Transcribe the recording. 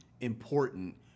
important